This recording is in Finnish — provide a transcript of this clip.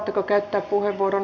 haluatteko käyttää puheenvuoron